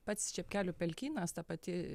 pats čepkelių pelkynas ta pati